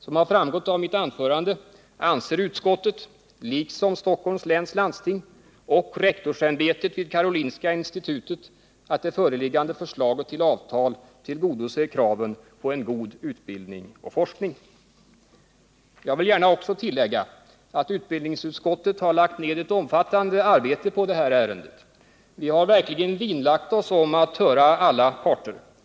Som har framgått av mitt anförande anser utskottet, liksom Stockholms läns landsting och rektorsämbetet vid Karolinska institutet, att det föreliggande förslaget till avtal tillgodoser kraven på en god utbildning och forskning. Jag vill gärna tillägga att utbildningsutskottet har lagt ned ett omfattande arbete på det här ärendet. Vi har verkligen vinnlagt oss om att höra alla parter.